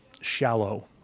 shallow